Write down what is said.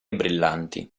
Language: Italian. brillanti